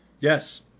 Yes